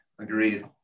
agreed